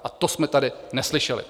A to jsme tady neslyšeli.